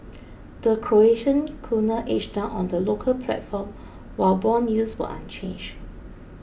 the Croatian kuna edged down on the local platform while bond yields were unchanged